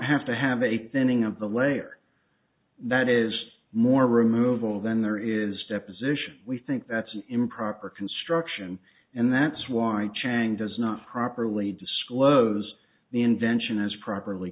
have to have a thinning of the layer that is more removal then there is deposition we think that's an improper construction and that's why chang does not properly disclose the invention is properly